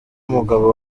umugabo